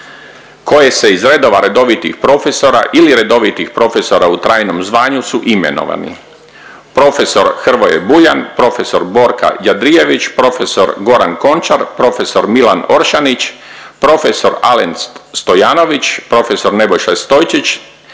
koje se iz redova redovitih profesora ili redovitih profesora u trajnom zvanju su imenovani: profesor Hrvoje Buljan, profesor Borka Jandrijević, profesor Goran Končar, profesor Milan Oršanić, profesor Alen Stojanović, profesor Nebojša Stojčić